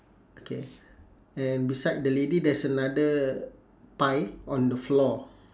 okay and beside the lady there's another pie on the floor